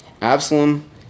Absalom